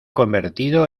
convertido